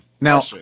Now –